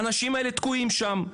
האנשים האלה תקועים שם.